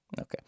Okay